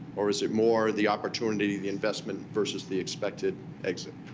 or is it more the opportunity, the investment versus the expected exit?